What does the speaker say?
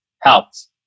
helps